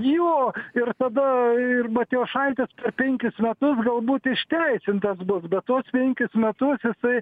jo ir tada ir matjošaitis penkis metus galbūt išteisintas bus bet tuos penkis metus jisai